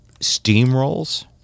steamrolls